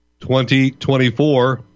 2024